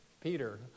Peter